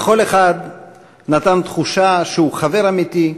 לכל אחד נתן תחושה שהוא חבר אמיתי,